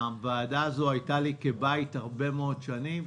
הוועדה הזו הייתה לי כבית הרבה מאוד שנים.